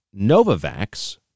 Novavax